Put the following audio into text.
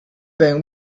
bring